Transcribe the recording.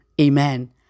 amen